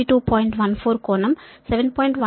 14 కోణం 7